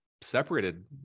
separated